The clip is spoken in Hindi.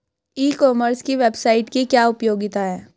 ई कॉमर्स की वेबसाइट की क्या उपयोगिता है?